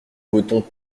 votons